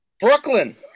Brooklyn